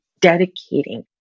dedicating